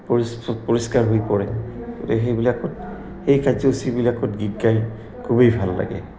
পৰি পৰিষ্কাৰ হৈ পৰে গতিকে সেইবিলাকত সেই কাৰ্যচীবিলাকত গীত গাই খুবেই ভাল লাগে